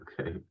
Okay